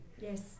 Yes